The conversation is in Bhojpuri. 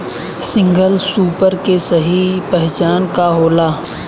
सिंगल सूपर के सही पहचान का होला?